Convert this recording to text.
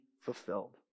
fulfilled